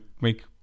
make